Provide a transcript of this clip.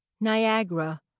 Niagara